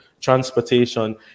transportation